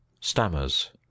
stammers